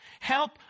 Help